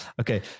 Okay